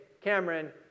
Cameron